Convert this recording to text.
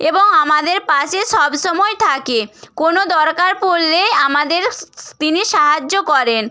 এবং আমাদের পাশে সবসময় থাকে কোনো দরকার পড়লে আমাদের স্ স্ তিনি সাহায্য করেন